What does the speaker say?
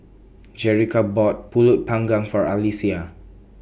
Jerica bought Pulut Panggang For Alyssia